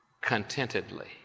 contentedly